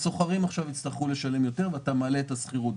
השוכרים יצטרכו לשלם יותר, ואתה מעלה את השכירות.